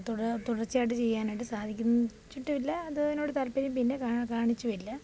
തുടർച്ചയായിട്ട് ചെയ്യാനായിട്ട് സാധിച്ചിട്ടുമില്ല അതിനോട് താല്പര്യം പിന്നെ കാണിച്ചും ഇല്ല